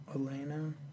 Elena